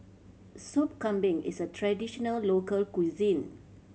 Soup Kambing is a traditional local cuisine